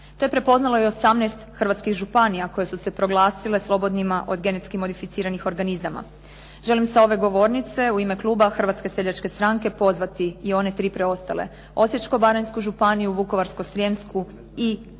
To je prepoznalo i 18 hrvatskih županija koje su se proglasile slobodnima od genetski modificiranih organizama. Želim sa ove govornice u ime kluba Hrvatske seljačke stranke pozvati i one tri preostale Osječko-baranjsku županiju, Vukovarsko-srijemsku i Grad